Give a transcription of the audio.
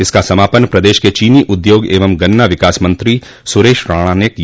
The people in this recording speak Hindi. इसका समापन प्रदेश के चीनी उद्योग एवं गन्ना विकास मंत्री सुरेश राणा ने किया